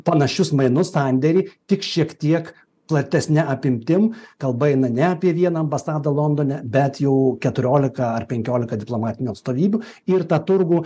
panašius mainus sandėrį tik šiek tiek platesne apimtim kalba eina ne apie vieną ambasadą londone bet jau keturioliką ar penkioliką diplomatinių atstovybių ir tą turgų